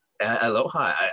Aloha